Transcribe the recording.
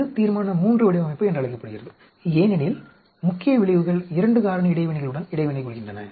இது தீர்மான III வடிவமைப்பு என்று அழைக்கப்படுகிறது ஏனெனில் முக்கிய விளைவுகள் 2 காரணி இடைவினைகளுடன் இடைவினை கொள்கின்றன